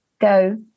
go